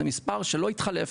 זה מספר שלא יתחלף.